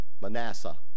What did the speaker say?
manasseh